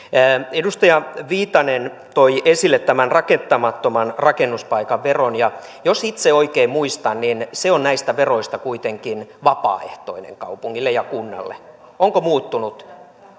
edustaja viitanen toi esille rakentamattoman rakennuspaikan veron ja jos itse oikein muistan niin se on näistä veroista kuitenkin vapaaehtoinen kaupungille ja kunnalle onko muuttunut